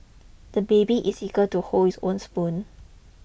the baby is eager to hold his own spoon